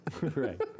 Right